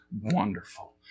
wonderful